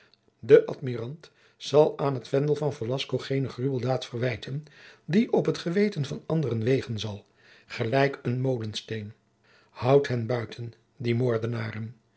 de admirant zal aan het vendel van velasco geene gruweldaad verwijten die op het geweten van anderen wegen zal gelijk een molensteen houdt hen buiten die moordenaren